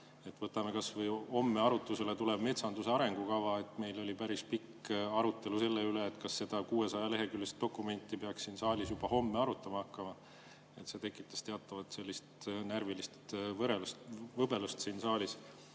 Võtame kas või homme arutusele tuleva metsanduse arengukava. Meil oli päris pikk arutelu selle üle, kas seda 600-leheküljelist dokumenti peaks siin saalis juba homme arutama hakkama. See tekitas siin saalis teatavat närvilist võbelust. Kui